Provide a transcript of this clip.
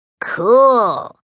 Cool